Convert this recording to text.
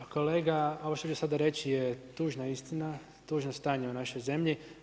Kolega ovo što ću sada reći je tužna istina, tužno stanje u našoj zemlji.